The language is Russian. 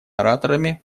ораторами